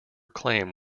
claim